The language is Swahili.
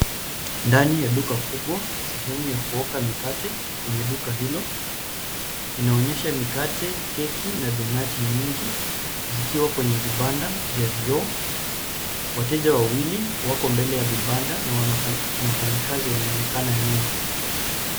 Ndani ya duka kubwa, sehemu ya kuoka mikate, kwenye duka hilo, inaonyesha mikate, keki na donati nyingi zikiwa kwenye vibanda vya vioo. Wateja wawili wako mbele ya vibanda na wafanyikazi wanaonekana nyuma.